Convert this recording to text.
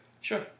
Sure